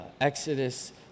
Exodus